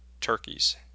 turkeys